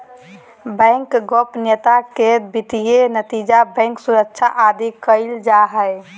bank गोपनीयता के वित्तीय निजता, बैंक सुरक्षा आदि कहल जा हइ